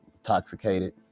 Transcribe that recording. intoxicated